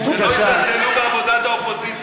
שלא יזלזלו בעבודת האופוזיציה.